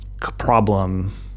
problem